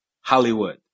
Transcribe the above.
Hollywood